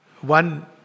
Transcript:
one